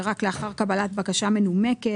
ורק לאחר קבלת בקשה מנומקת,